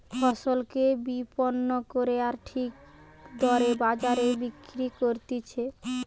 ফসলকে বিপণন করে আর ঠিক দরে বাজারে বিক্রি করতিছে